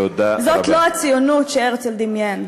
זו לא הציונות שהרצל דמיין.